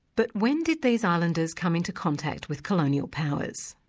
but when did these islanders come into contact with colonial powers?